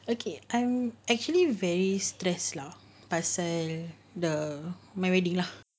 okay I'm actually very stress lah pasal the my wedding lah